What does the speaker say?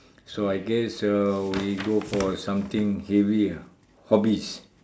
so I guess uh we go for something heavy ah hobbies